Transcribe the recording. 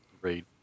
great